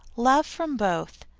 love from both,